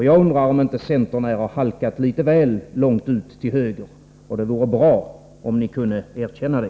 Jag undrar om inte centern har halkat litet väl långt ut till höger. Det vore bra om ni kunde erkänna det.